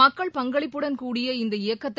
மக்கள் பங்களிப்புடன் கூடிய இந்த இயக்கத்தை